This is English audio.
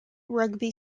rugby